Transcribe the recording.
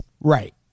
Right